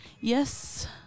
yes